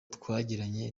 twagiranye